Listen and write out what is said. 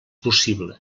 possible